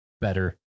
better